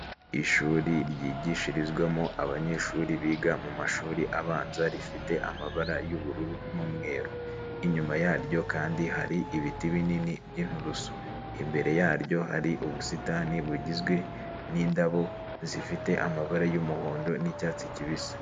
Ishuri ryigishirizwamo abanyeshuri biga mu mashuri abanza rifite amabara y'ubururu n'umweru. Inyuma yaryo kandi hari ibiti binini by'inturusu. Imbere yaryo hari ubusitani bugizwe n'indabo zifite amabara y'umuhondo n'icyatsi kibisi.